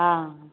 हा